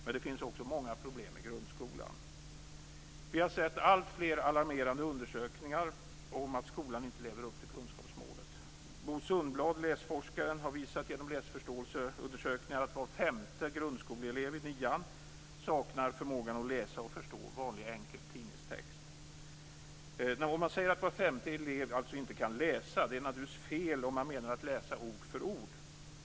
Men det finns också många problem i grundskolan. Vi har sett alltfler alarmerande undersökningar om att skolan inte lever upp till kunskapsmålet. Läsforskaren Bo Sundbladh har genom läsförståelseundersökningar visat att var femte grundskoleelev i nian saknar förmågan att läsa och förstå vanlig enkel tidningstext. Om man säger att var femte elev inte kan läsa är det naturligtvis fel om man med att läsa menar att läsa ord för ord.